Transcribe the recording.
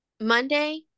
Monday